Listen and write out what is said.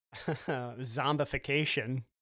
zombification